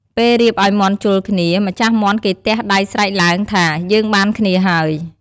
ពេលរៀបឲ្យមាន់ជល់គ្នា ម្ចាស់មាន់គេទះដៃស្រែកឡើង ថា យើងបានគ្នាហើយ ។